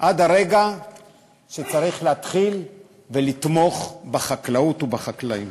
עד הרגע שצריך להתחיל לתמוך בחקלאות ובחקלאים.